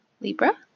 Libra